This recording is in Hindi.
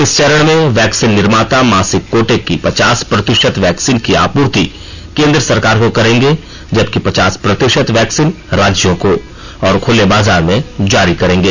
इस चरण में वैक्सीन निर्माता मासिक कोटे की पचास प्रतिशत वैक्सीन की आपूर्ति कोन्द्र सरकार को करेंगे जबकि पचास प्रतिशत वैक्सीन राज्यों को और खुले बाजार में जारी करेंगे